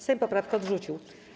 Sejm poprawkę odrzucił.